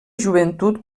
joventut